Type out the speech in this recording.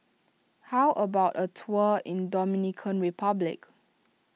how about a tour in Dominican Republic